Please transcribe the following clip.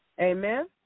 Amen